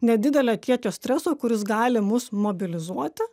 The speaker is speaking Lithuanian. nedidelio kiekio streso kuris gali mus mobilizuoti